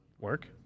work